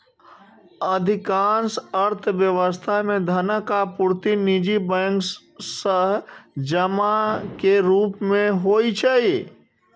अधिकांश अर्थव्यवस्था मे धनक आपूर्ति निजी बैंक सं जमा के रूप मे होइ छै